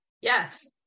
yes